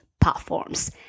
Platforms